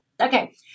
Okay